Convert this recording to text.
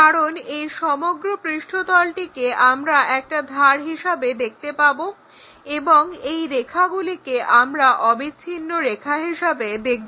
কারণ এই সমগ্র পৃষ্ঠতলটিকে আমরা একটা ধার হিসেবে দেখতে পাবো এবং এই রেখাগুলিকে আমরা অবিচ্ছিন্ন রেখা হিসাবে দেখব